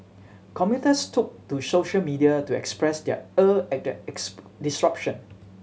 commuters took to social media to express their ire at the disruption